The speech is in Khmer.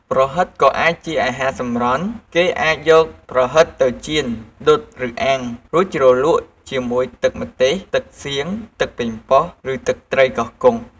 ប្រហិតក៍ជាអាហារសម្រន់ គេអាចយកប្រហិតទៅចៀន ដុត ឬអាំង រួចជ្រលក់ជាមួយទឹកម្ទេស,ទឹកសៀង,ទឹកប៉េងប៉ោះ ឬទឹកត្រីកោះកុង។